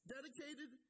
Dedicated